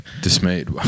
Dismayed